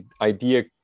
idea